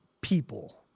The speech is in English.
people